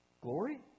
Glory